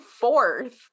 fourth